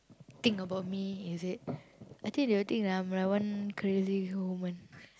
think about me is it I think they will think that I'm like one crazy woman